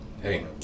Hey